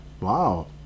wow